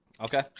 Okay